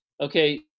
Okay